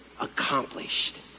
accomplished